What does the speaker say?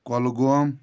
Kulgam